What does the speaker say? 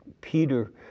Peter